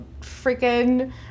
freaking